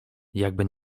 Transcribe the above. jakby